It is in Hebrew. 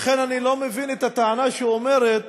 לכן אני לא מבין את הטענה של מציג החוק שאומרת